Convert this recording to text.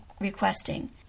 requesting